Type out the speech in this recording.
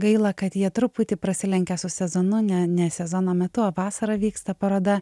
gaila kad jie truputį prasilenkia su sezonu ne ne sezono metu o vasarą vyksta paroda